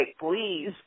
please